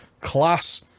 Class